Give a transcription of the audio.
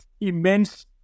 immense